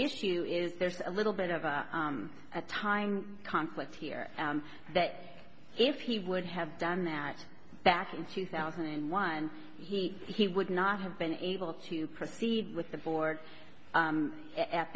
issue is there's a little bit of a time conflict here that if he would have done that back in two thousand and one he he would not have been able to proceed with the board